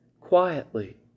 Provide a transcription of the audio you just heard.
quietly